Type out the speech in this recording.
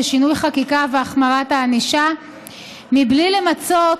שינוי חקיקה והחמרת הענישה בלי למצות